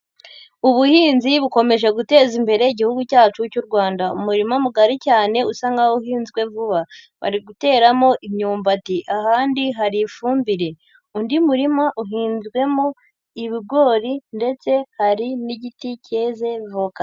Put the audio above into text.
Ubuhinzi bukomeje guteza imbere igihugu cyacu cy'u Rwanda, umurima mugari cyane usa nkaho uhinzwe vuba bari guteramo imyumbati, ahandi hari ifumbire undi murima uhinzwemo ibigori ndetse hari n'igiti cyeze voka.